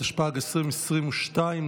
התשפ"ג 2022,